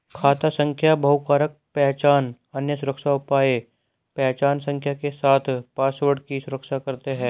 खाता संख्या बहुकारक पहचान, अन्य सुरक्षा उपाय पहचान संख्या के साथ पासवर्ड की सुरक्षा करते हैं